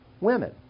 women